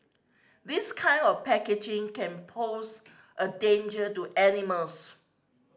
this kind of packaging can pose a danger to animals